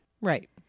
Right